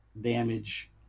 damage